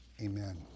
amen